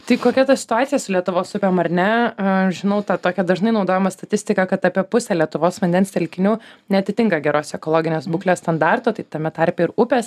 tai kokia ta situacija su lietuvos upėm ar ne aš žinau tą tokią dažnai naudojamą statistiką kad apie pusę lietuvos vandens telkinių neatitinka geros ekologinės būklės standartų tai tame tarpe ir upes